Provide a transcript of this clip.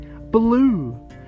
Blue